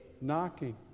knocking